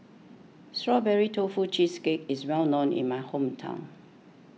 Strawberry Tofu Cheesecake is well known in my hometown